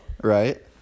right